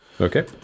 Okay